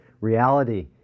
reality